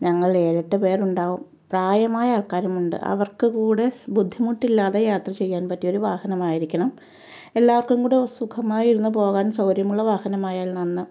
ഞങ്ങൾ ഏഴെട്ട് പേർ ഉണ്ടാവും പ്രായമായ ആൾക്കാരുമുണ്ട് അവർക്ക് കൂടെ ബുദ്ധിമുട്ടില്ലാതെ യാത്ര ചെയ്യാൻ പറ്റിയ ഒരു വാഹനമായിരിക്കണം എല്ലാവർക്കും കൂടെ സുഖമായി ഇരുന്ന് പോകാൻ സൗകര്യമുള്ള വാഹനമായാൽ നന്ന്